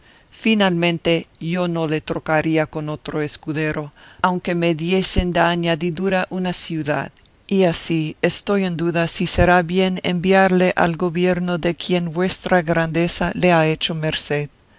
finalmente yo no le trocaría con otro escudero aunque me diesen de añadidura una ciudad y así estoy en duda si será bien enviarle al gobierno de quien vuestra grandeza le ha hecho merced